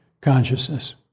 consciousness